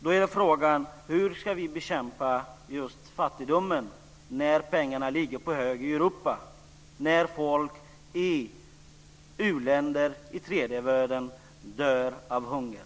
Då är frågan hur vi ska bekämpa fattigdomen när pengarna ligger på hög i Europa medan människor i u-länder i tredje världen dör av hunger.